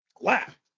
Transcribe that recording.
Laugh